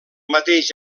mateix